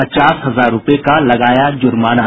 पचास हजार रूपये का लगाया जुर्माना